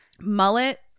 Mullet